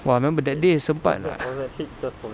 !wah! memang but that day sempat lah